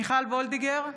מיכל וולדיגר,